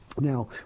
Now